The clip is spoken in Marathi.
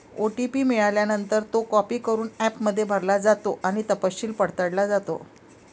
ओ.टी.पी मिळाल्यानंतर, तो कॉपी करून ॲपमध्ये भरला जातो आणि तपशील पडताळला जातो